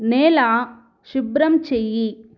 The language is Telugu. నేల శుభ్రం చెయ్యి